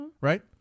Right